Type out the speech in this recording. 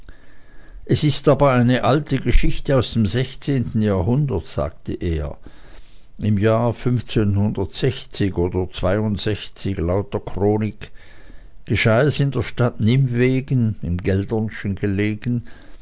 es ist aber eine alte geschichte aus dem sechszehnten jahrhundert sagte er im jahr oder laut der chronik geschah es in der stadt nimwegen im